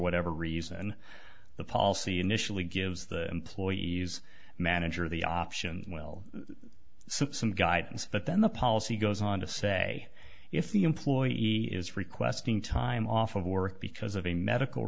whatever reason the policy initially gives the employees manager the options we'll see some guidelines but then the policy goes on to say if the employee is requesting time off of work because of a medical